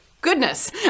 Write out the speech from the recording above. Goodness